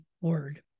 word